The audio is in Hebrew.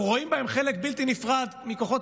אנחנו רואים בהם חלק בלתי נפרד מכוחות